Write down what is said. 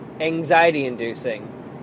anxiety-inducing